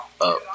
up